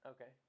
Okay